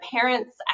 parents